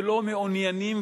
ולא מעוניינים,